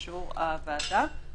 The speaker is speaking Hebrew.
לאישור הוועדה.